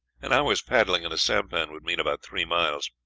an hour's paddling in a sampan would mean about three miles,